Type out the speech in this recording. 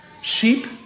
Sheep